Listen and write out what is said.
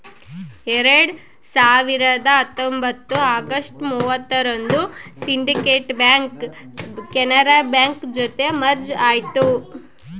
ಎರಡ್ ಸಾವಿರದ ಹತ್ತೊಂಬತ್ತು ಅಗಸ್ಟ್ ಮೂವತ್ತರಂದು ಸಿಂಡಿಕೇಟ್ ಬ್ಯಾಂಕ್ ಕೆನರಾ ಬ್ಯಾಂಕ್ ಜೊತೆ ಮರ್ಜ್ ಆಯ್ತು